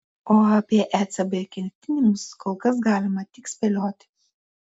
o apie ecb ketinimus kol kas galima tik spėlioti